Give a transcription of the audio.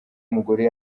umugore